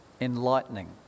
enlightening